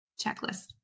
checklist